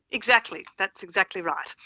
exactly, that's exactly right.